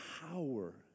power